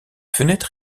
fenêtre